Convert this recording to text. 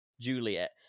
Juliet